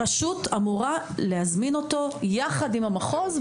הרשות אמורה להזמין אותו יחד עם המחוז,